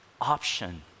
option